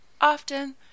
Often